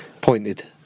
Pointed